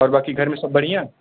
और बाकी घर में सब बढ़ियाँ